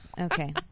Okay